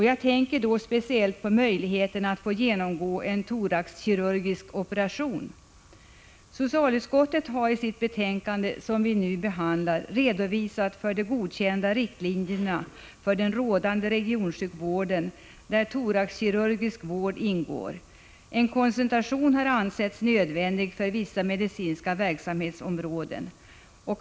Jag tänker då speciellt på möjligheterna att få genomgå en thoraxkirurgisk operation. Socialutskottet har i sitt betänkande nr 16, som vi nu behandlar, redovisat de godkända riktlinjerna för den rådande regionsjukvården, där thoraxkirurgisk vård ingår. En koncentration har ansetts nödvändig för vissa medicinska verksamhetsområden.